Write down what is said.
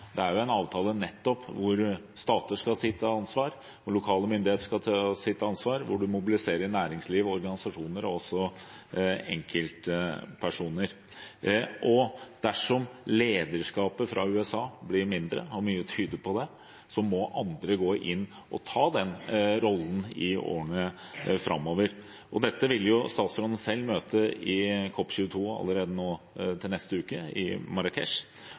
Det er nettopp en avtale hvor stater skal ta sitt ansvar, hvor lokale myndigheter skal ta sitt ansvar, og hvor en mobiliserer næringsliv og organisasjoner og også enkeltpersoner. Dersom lederskapet fra USA blir mindre – og mye tyder på det – må andre gå inn og ta den rollen i årene framover. Dette vil jo statsråden selv møte allerede i